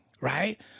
Right